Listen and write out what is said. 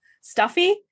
stuffy